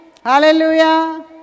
Hallelujah